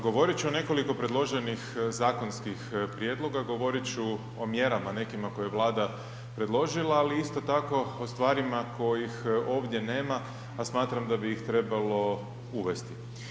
Govorit ću o nekoliko predloženih zakonskih prijedloga, govorit ću o mjerama nekima koje je Vlada predložila, ali isto tako o stvarima kojih ovdje nema, a smatram da bi ih trebalo uvesti.